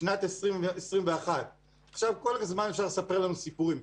שנת 2021. כל הזמן אפשר לספר לנו סיפורים.